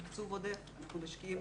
בתקצוב עודף, אנחנו משקיעים